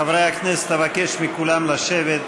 חברי הכנסת, אבקש מכולם לשבת.